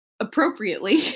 Appropriately